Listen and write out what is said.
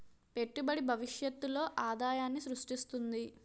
పెట్టుబడి భవిష్యత్తులో ఆదాయాన్ని స్రృష్టిస్తుంది